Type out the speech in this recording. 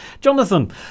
Jonathan